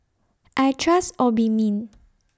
I Trust Obimin